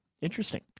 Interesting